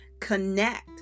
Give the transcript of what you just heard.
connect